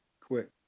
quit